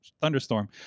thunderstorm